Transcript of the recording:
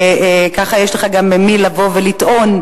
וככה יש לך גם למי לבוא ולטעון,